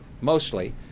mostly